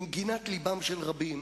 למגינת לבם של רבים,